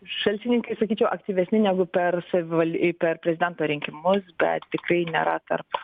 šalčininkai sakyčiau aktyvesni negu per savival per prezidento rinkimus bet tikrai nėra tarp